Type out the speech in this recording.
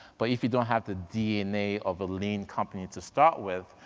but if you don't have the dna of a lean company to start with,